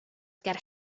ger